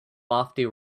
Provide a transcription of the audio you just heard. lofty